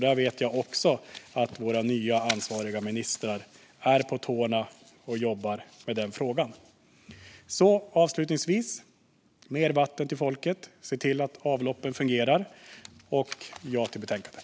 Jag vet att våra nya ansvariga ministrar är på tårna och jobbar med den frågan. Mer vatten till folket! Se till att avloppen fungerar! Jag yrkar bifall till förslaget i betänkandet.